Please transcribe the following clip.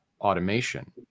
automation